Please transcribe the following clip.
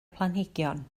planhigion